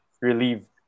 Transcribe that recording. relieved